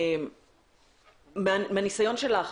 מהניסיון שלך,